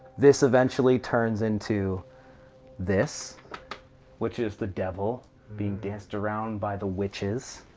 this eventually turns into this which is the devil being danced around by the witches.